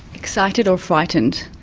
excited or frightened?